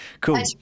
Cool